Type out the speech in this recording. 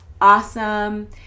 awesome